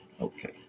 Okay